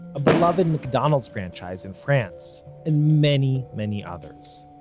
a beloved mcdonald's franchise in france, and many many others.